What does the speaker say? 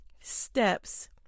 steps